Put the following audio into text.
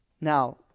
now